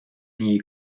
nii